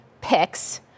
picks